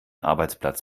arbeitsplatz